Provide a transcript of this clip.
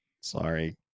sorry